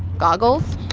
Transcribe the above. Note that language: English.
goggles,